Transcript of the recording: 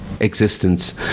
Existence